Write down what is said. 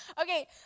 Okay